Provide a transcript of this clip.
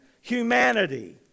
humanity